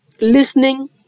listening